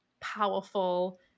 powerful